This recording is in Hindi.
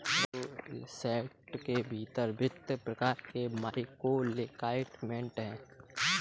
बायोशेल्टर के भीतर विभिन्न प्रकार के माइक्रोक्लाइमेट हैं